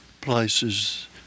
places